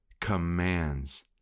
commands